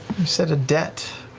you said a debt,